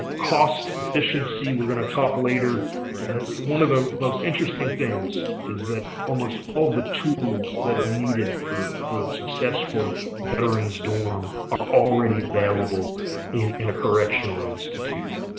cost efficiency we're going to talk later one of the most interesting things is that almost all the tools that are needed for a successful veterans dorm are already available in in a correctional institute.